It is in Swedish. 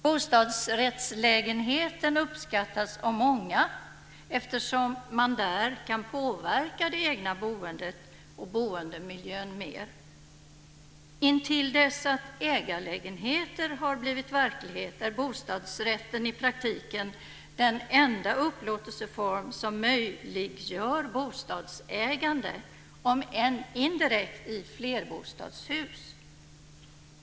Bostadsrättslägenheten uppskattas av många eftersom man där kan påverka det egna boendet och boendemiljön mer. Intill dess att ägarlägenheter har blivit verklighet är bostadsrätten i praktiken den enda upplåtelseform som möjliggör bostadsägande - om än indirekt - i flerbostadshus.